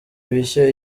bishya